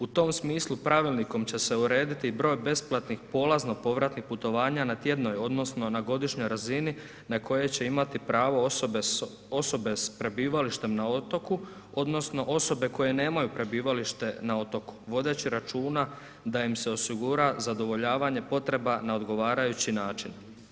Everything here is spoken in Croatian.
U tom smislu pravilnikom će se urediti i broj besplatnih polazno-povratnih putovanja na tjednoj, odnosno na godišnjoj razini na koje će imati pravo osobe s prebivalištem na otoku, odnosno osobe koje nemaju prebivalište na otoku vodeći računa da im se osigura zadovoljavanje potreba na odgovarajući način.